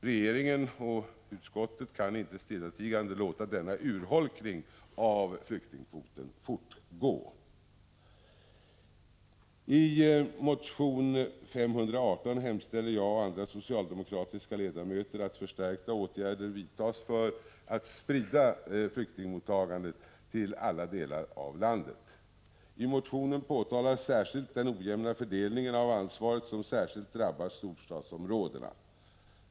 Regeringen och utskottet kan inte stillatigande låta denna urholkning av flyktingkvoten fortgå. I motion 518 hemställer jag och andra socialdemokratiska ledamöter att förstärkta åtgärder vidtas för att sprida flyktingmottagandet till alla delar av landet. I motionen påtalas speciellt den ojämna fördelningen av ansvaret som särskilt drabbar storstadsområdena.